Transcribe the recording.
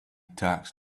tax